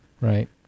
Right